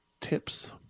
tips